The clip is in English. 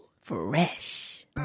Fresh